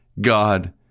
God